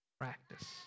practice